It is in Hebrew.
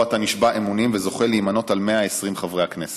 שבו אתה נשבע אמונים וזוכה להימנות עם 120 חברי הכנסת.